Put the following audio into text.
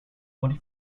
twenty